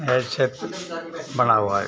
यह क्षेत्र बना हुआ है